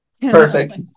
Perfect